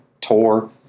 tour